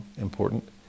important